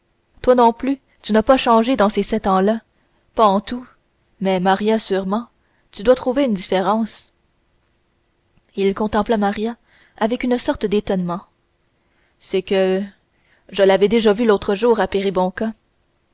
toi non plus tu n'as pas changé dans ces sept ans là pas en tout mais maria sûrement tu dois trouver une différence il contempla maria avec une sorte d'étonnement c'est que le l'avais déjà vue l'autre jour à péribonka